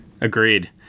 Agreed